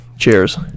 Cheers